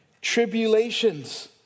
tribulations